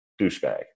douchebag